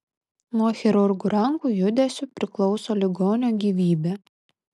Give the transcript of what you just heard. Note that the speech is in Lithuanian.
nuo chirurgų rankų judesių priklauso ligonio gyvybė